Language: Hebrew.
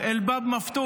(אומר דברים בשפה הערבית).